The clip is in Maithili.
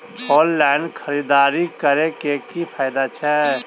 ऑनलाइन खरीददारी करै केँ की फायदा छै?